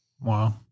Wow